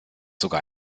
sogar